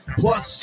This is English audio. plus